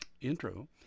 intro